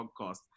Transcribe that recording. podcast